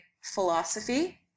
philosophy